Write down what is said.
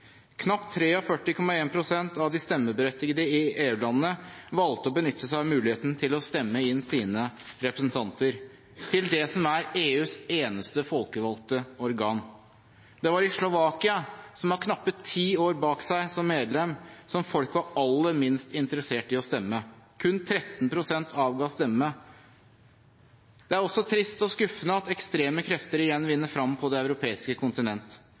Knapt 43,1 pst. av de stemmeberettigede i EU-landene valgte å benytte seg av muligheten til å stemme inn sine representanter til det som er EUs eneste folkevalgte organ. Det var i Slovakia, som har knappe ti år bak seg som medlem, at folk var aller minst interessert i å stemme. Kun 13 pst. avga stemme. Det er også trist og skuffende at ekstreme krefter igjen vinner frem på det europeiske kontinent.